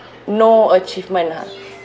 no achievement ah